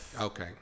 Okay